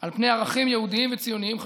על פני ערכים יהודיים וציוניים חשובים: